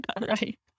Right